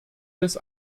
des